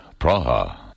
Praha